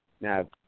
Now